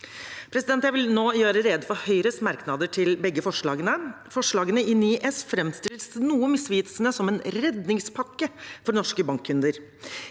Jeg vil nå gjøre rede for Høyres merknader til begge forslagene. Forslagene i 9 S framstilles noe misvisende som en redningspakke for norske bankkunder.